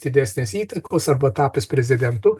didesnės įtakos arba tapęs prezidentu